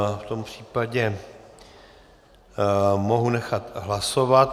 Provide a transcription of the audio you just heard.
V tom případě mohu nechat hlasovat.